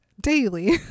Daily